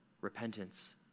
repentance